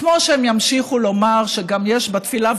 כמו שהם ימשיכו לומר שיש בתפילה,